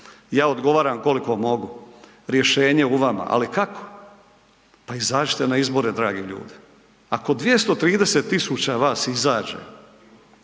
ja odgovaram koliko mogu, rješenje je u vama. Ali kako? Pa izađite na izbore, dragi ljudi. Ako 230 tisuća vas izađe